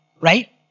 right